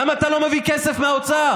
למה אתה לא מביא כסף מהאוצר?